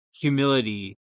humility